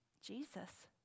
Jesus